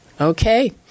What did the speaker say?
Okay